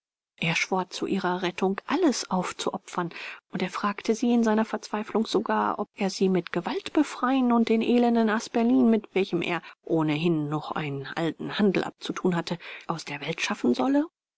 er schwor zu ihrer rettung alles aufzuopfern und er fragte sie in seiner verzweiflung sogar ob er sie mit gewalt befreien und den elenden asperlin mit welchem er ohnehin noch einen alten handel abzuthun habe aus der welt schaffen solle